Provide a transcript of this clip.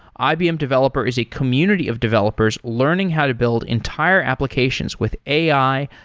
ibm developer is a community of developers learning how to build entire applications with ai,